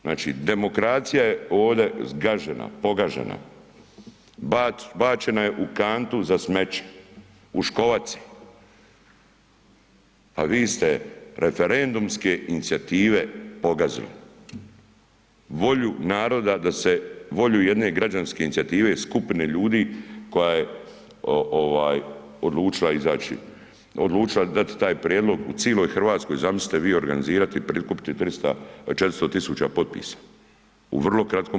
Znači demokracija je ovdje zgažena, pogažena, bačena je u kantu za smeće, u ... a vi ste referendumske inicijative pogazili, volju naroda da se, volju jedne građanske inicijative, skupine ljudi koja je odlučila izaći, odlučila dati taj prijedlog u cijeloj Hrvatskoj zamislite vi organizirati i prikupiti 400 tisuća potpisa u vrlo kratkom